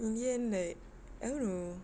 in the end like I don't know